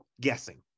guessing